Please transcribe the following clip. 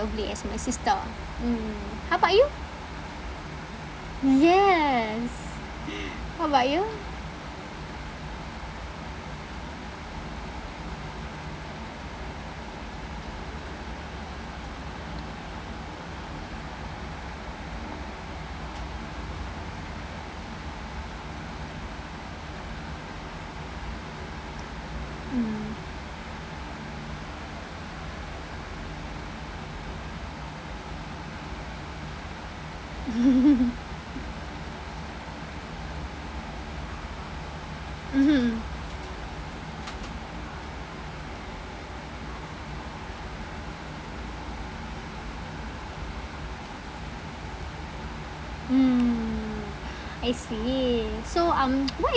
as my sister mm how about you yes how about you mm mmhmm mm I see so um what